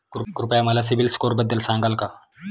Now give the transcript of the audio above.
कृपया मला सीबील स्कोअरबद्दल सांगाल का?